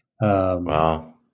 Wow